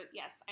yes